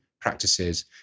practices